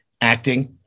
acting